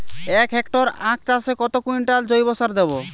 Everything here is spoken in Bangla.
এক হেক্টরে আখ চাষে কত কুইন্টাল জৈবসার দেবো?